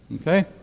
Okay